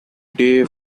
day